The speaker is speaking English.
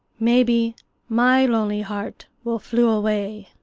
maybe my lonely heart will flew away.